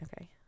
Okay